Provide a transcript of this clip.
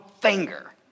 finger